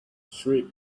shriek